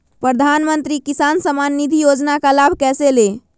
प्रधानमंत्री किसान समान निधि योजना का लाभ कैसे ले?